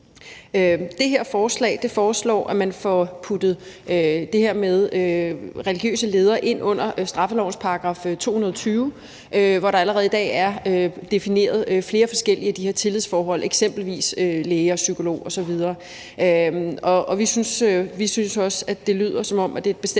det her forslag foreslås det, at man får puttet det her med religiøse ledere ind under straffelovens § 220, hvor der allerede i dag er defineret flere forskellige af de her tillidsforhold, eksempelvis forholdet til en læge, en psykolog osv. Vi synes også, det lyder, som om det bestemt